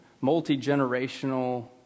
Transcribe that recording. multi-generational